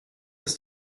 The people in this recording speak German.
das